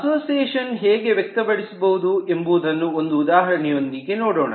ಅಸೋಸಿಯೇಷನನ್ನು ಹೇಗೆ ವ್ಯಕ್ತಪಡಿಸಬಹುದು ಎಂಬುದನ್ನು ಒಂದು ಉದಾಹರಣೆಯೊಂದಿಗೆ ನೋಡೋಣ